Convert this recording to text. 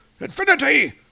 Infinity